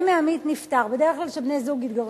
בדרך כלל שבני-זוג התגרשו,